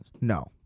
No